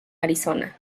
arizona